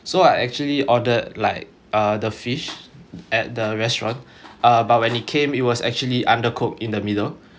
so I actually ordered like uh the fish at the restaurant uh but when it came it was actually undercooked in the middle